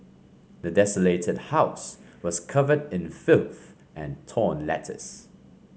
the desolated house was covered in filth and torn letters